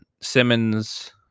Simmons